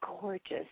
Gorgeous